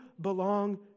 belong